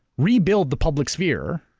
rebuild the public sphere,